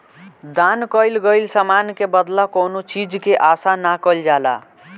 दान कईल गईल समान के बदला कौनो चीज के आसा ना कईल जाला